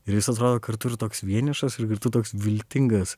ir jis atrodo kartu ir toks vienišas ir kartu toks viltingas